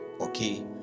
Okay